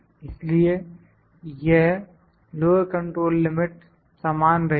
इसलिए यह lower control limit समान रहेगी